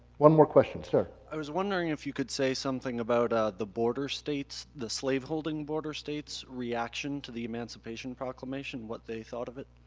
one more question, sir. i was wondering if you could say something about ah the border states', the slaveholding border states' reaction to the emancipation proclamation, what they thought of it?